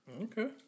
Okay